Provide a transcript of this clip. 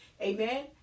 Amen